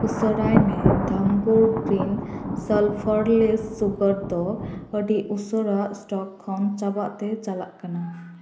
ᱩᱥᱟᱹᱨᱟᱭ ᱢᱮ Dhampur green sulphurless sugar ᱫᱚ ᱟᱹᱰᱤ ᱩᱥᱟᱹᱨᱟ ᱥᱴᱚᱠ ᱠᱷᱚᱱ ᱪᱟᱵᱟᱜ ᱛᱮ ᱪᱟᱞᱟᱜ ᱠᱟᱱᱟ